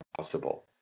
possible